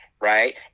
right